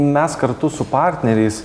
mes kartu su partneriais